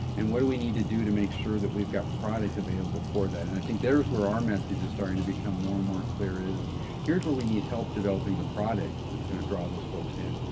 and what do we need to do to make sure that we've got product available for that? and i think there's where our message is starting to become more and more clear is here's where we need help developing a product that's going to draw those folks in.